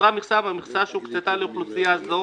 נותרה מכסה מהמכסה שהוקצתה לאוכלוסייה זו,